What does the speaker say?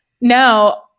now